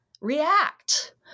react